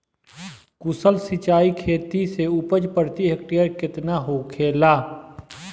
कुशल सिंचाई खेती से उपज प्रति हेक्टेयर केतना होखेला?